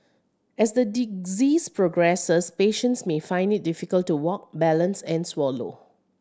as the disease progresses patients may find it difficult to walk balance and swallow